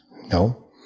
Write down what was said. No